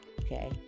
Okay